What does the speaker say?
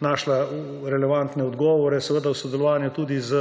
našla relevantne odgovore, seveda v sodelovanju tudi s